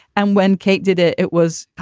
and when kate did it, it was,